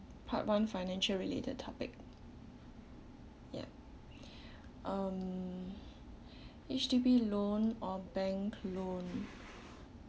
part one financial related topic ya um H_D_B loan or bank loan